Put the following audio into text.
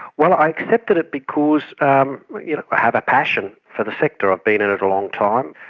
well i accepted it because um you know i have a passion for the sector, i've been in it a long time.